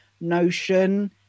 Notion